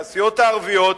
מהסיעות הערביות,